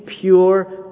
pure